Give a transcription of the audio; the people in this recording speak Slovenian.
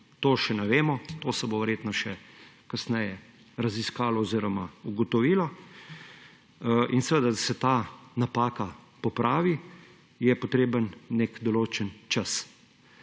še ne vemo. To se bo verjetno še kasneje raziskalo oziroma ugotovilo. Seveda, da se ta napaka popravi, je potreben nek določen čas